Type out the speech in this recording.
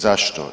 Zašto?